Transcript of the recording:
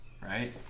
right